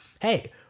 hey